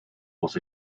was